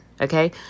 Okay